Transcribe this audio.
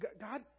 God